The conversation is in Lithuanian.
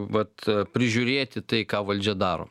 vat prižiūrėti tai ką valdžia daro